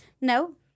No